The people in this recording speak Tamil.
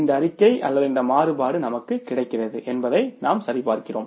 இந்த அறிக்கை அல்லது இந்த மாறுபாடு நமக்கு கிடைக்கிறது என்பதை நாம் சரிபார்க்கிறோம்